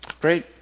Great